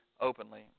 openly